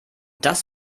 das